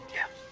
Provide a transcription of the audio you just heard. yeah?